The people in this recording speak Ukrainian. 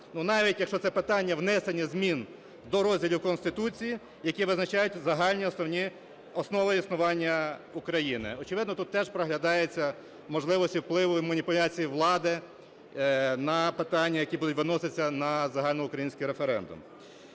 Навіть якщо це питання внесення змін до розділів Конституції, які визначають загальні основи існування України. Очевидно, тут теж проглядаються можливості впливу і маніпуляції влади на питання, які будуть виноситись на загальноукраїнський референдум.